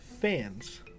fans